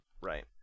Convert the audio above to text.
right